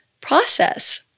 process